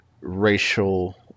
racial